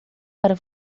para